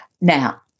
Now